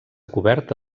coberta